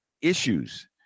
issues